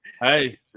Hey